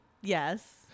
yes